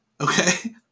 okay